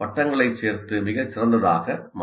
வட்டங்களை சேர்த்து மிகச் சிறந்ததாக மாற்றலாம்